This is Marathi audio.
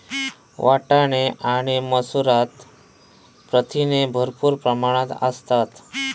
वाटाणे आणि मसूरात प्रथिने भरपूर प्रमाणात असतत